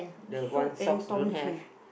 Sue and Tom here